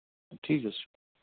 ٹھیٖک حظ چھُ